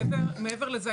מעבר לזה,